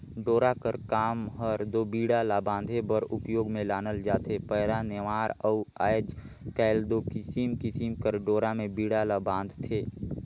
डोरा कर काम हर दो बीड़ा ला बांधे बर उपियोग मे लानल जाथे पैरा, नेवार अउ आएज काएल दो किसिम किसिम कर डोरा मे बीड़ा ल बांधथे